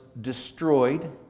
destroyed